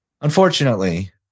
Unfortunately